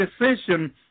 decision